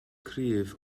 cryf